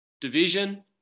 Division